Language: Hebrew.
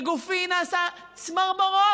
וגופי נעשה צמרמורות,